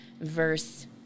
verse